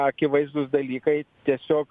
akivaizdūs dalykai tiesiog